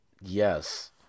yes